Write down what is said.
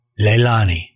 Leilani